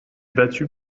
battues